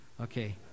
Okay